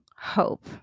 hope